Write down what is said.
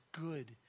good